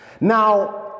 Now